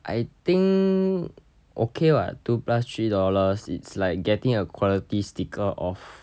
I think okay what two plus three dollars it's like getting a quality sticker of